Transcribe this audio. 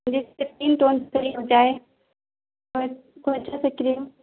جس سے skin tone صحیح ہو جائے اور کوئی اچھا سا کریم